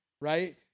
right